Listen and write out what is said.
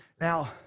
Now